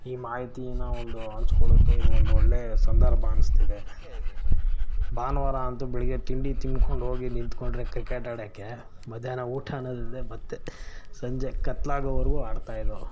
ಈ ಮಾಹಿತಿನ ಒಂದು ಹಂಚ್ಕೊಳ್ಳೋಕೆ ಇದು ಒಂದೊಳ್ಳೆ ಸಂದರ್ಭ ಅನ್ನಿಸ್ತಿದೆ ಭಾನುವಾರ ಅಂತೂ ಬೆಳಗ್ಗೆ ತಿಂಡಿ ತಿಂದ್ಕೊಂಡು ಹೋಗಿ ನಿಂತ್ಕೊಂಡ್ರೆ ಕ್ರಿಕೆಟ್ ಆಡೋಕ್ಕೆ ಮಧ್ಯಾಹ್ನ ಊಟವೂ ಇಲ್ಲದೇ ಮತ್ತೆ ಸಂಜೆ ಕತ್ತಲಾಗೋವರ್ಗು ಆಡ್ತಾಯಿದ್ದೋ